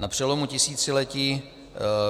Na přelomu tisíciletí